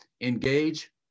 engage